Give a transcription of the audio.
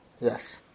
Yes